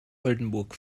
oldenburg